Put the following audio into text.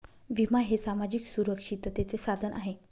विमा हे सामाजिक सुरक्षिततेचे साधन आहे